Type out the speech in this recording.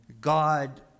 God